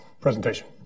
presentation